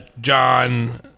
John